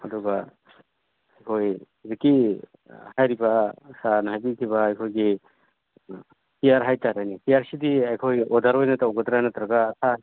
ꯑꯗꯨꯒ ꯑꯩꯈꯣꯏ ꯍꯧꯖꯤꯛꯀꯤ ꯍꯥꯏꯔꯤꯕ ꯁꯥꯔꯅ ꯍꯥꯏꯕꯤꯈꯤꯕ ꯑꯩꯈꯣꯏꯒꯤ ꯆꯤꯌꯥꯔ ꯍꯥꯏꯇꯔꯦꯅꯦ ꯆꯤꯌꯥꯔꯁꯤꯗꯤ ꯑꯩꯈꯣꯏ ꯑꯣꯗꯔ ꯑꯣꯏꯅ ꯇꯧꯒꯗ꯭ꯔ ꯅꯠꯇ꯭ꯔꯒ